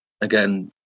again